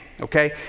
okay